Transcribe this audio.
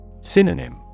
Synonym